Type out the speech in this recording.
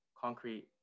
concrete